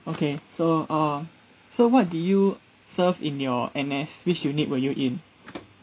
okay so ah so what did you serve in your N_S which unit were you in